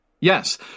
Yes